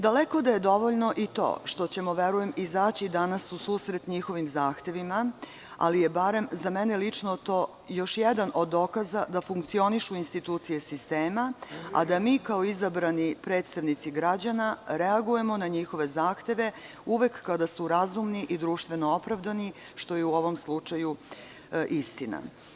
Daleko da je dovoljno i to što ćemo, verujem, izaći danas u susret njihovim zahtevima, ali je barem za mene lično to još jedan od dokaza da funkcionišu institucije sistema, a da mi kao izabrani predstavnici građana reagujemo na njihove zahteve uvek kada su razumni i društveno opravdani, što je u ovom slučaju istina.